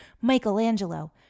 Michelangelo